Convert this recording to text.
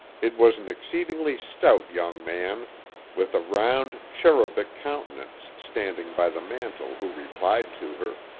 it was an exceedingly stout young man with a round, cherubic countenance standing by the mantel who replied to her,